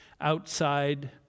outside